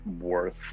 worth